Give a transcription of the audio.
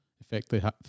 effectively